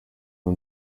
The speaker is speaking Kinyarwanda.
aho